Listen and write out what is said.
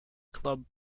club